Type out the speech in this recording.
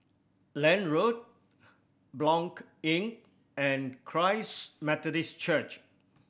Lange Road Blanc Inn and Christ Methodist Church